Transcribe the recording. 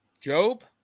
Job